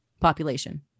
population